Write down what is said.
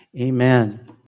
Amen